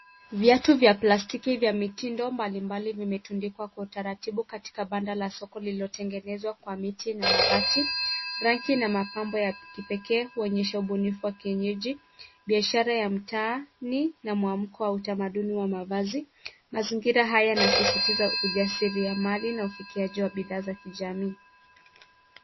Viatu vya plastiki vya mitindo mbalimbali vimetundikwa kwa utaratibu katika banda la soko lililotengenezwa kwa miti na mabati rangi na mapambo ya kipekee kuonyesha ubunifu wa kienyeji, biashara ya mtaani na mwamko wa utamaduni wa mavazi. Mazingira haya yanasisitiza ujasiri wa mali na ufikiaji wa bidhaa za kijamii.